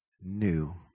new